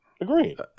Agreed